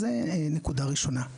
זה נקודה ראשונה.